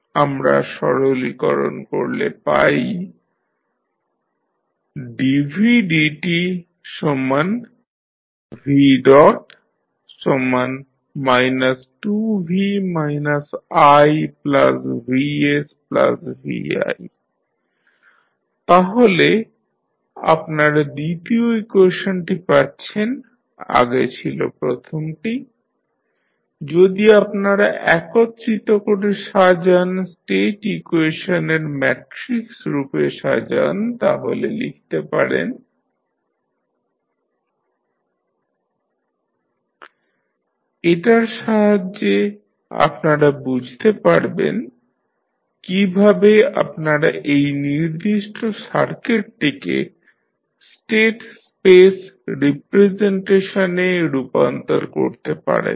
আমরা সরলীকরণ করলে পাই dvdtv 2v ivsvi তাহলে আপনারা দ্বিতীয় ইকুয়েশনটি পাচ্ছেন আগে ছিল প্রথমটি যদি আপনারা একত্রিত করে সাজান স্টেট ইকুয়েশনের ম্যাট্রিক্স রূপে সাজান তাহলে লিখতে পারেন এটার সাহায্যে আপনারা বুঝতে পারবেন কীভাবে আপনারা এই নির্দিষ্ট সার্কিটটিকে স্টেট স্পেস রিপ্রেজেনটেশনে রূপান্তর করতে পারবেন